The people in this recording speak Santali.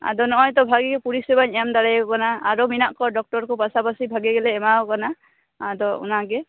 ᱟᱫᱚ ᱱᱚᱜᱼᱚᱭ ᱛᱳ ᱵᱷᱟᱜᱤ ᱜᱮ ᱯᱚᱨᱤᱥᱮᱵᱟᱧ ᱮᱢ ᱫᱟᱲᱮᱭᱟᱠᱚ ᱠᱟᱱᱟ ᱟᱨᱚ ᱢᱮᱱᱟᱜ ᱠᱚᱣᱟ ᱰᱳᱠᱴᱳᱨ ᱠᱚ ᱯᱟᱥᱟ ᱯᱟᱥᱤ ᱵᱷᱟᱜᱤ ᱜᱮᱞᱮ ᱮᱢᱟ ᱟᱠᱚ ᱠᱟᱱᱟ ᱟᱫᱚ ᱚᱱᱟ ᱜᱮ